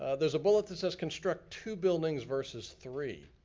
ah there's a bullet that says construct two buildings versus three.